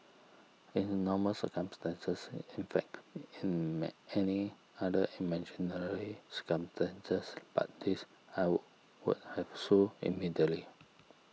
in normal circumstances in fact in any other imaginary circumstances but this I would would have sued immediately